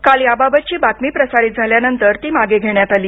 काल याबाबतची बातमी प्रसारित झाल्यानंतर ती मागे घेण्यात आली